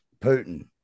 Putin